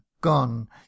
gone